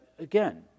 Again